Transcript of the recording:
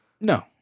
No